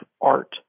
art